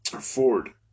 Ford